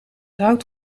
hout